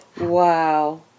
wow